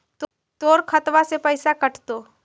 तोर खतबा से पैसा कटतो?